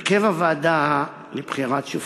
הרכב הוועדה לבחירת שופטים,